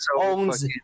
owns